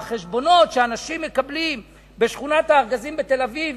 החשבונות שאנשים מקבלים בשכונת הארגזים בתל-אביב,